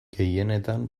gehienetan